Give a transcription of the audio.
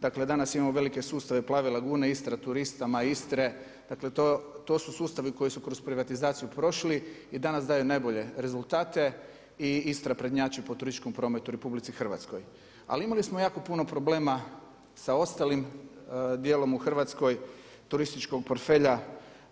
Dakle, danas imamo velike sustave Plave lagune Istre, turistima Istre, dakle to su sustavi koji su kroz privatizaciju prošli, a i danas daju nabolje rezultate i Istra prednjači po turističkom prometu u RH: ali imali smo jako puno problema sa ostalim djelom u Hrvatskoj turističkog portfelja,